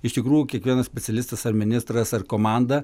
iš tikrųjų kiekvienas specialistas ar ministras ar komanda